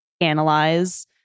analyze